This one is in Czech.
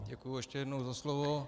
Děkuji ještě jednou za slovo.